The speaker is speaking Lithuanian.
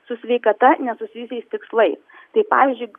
su sveikata nesusijusiais tikslais tai pavyzdžiui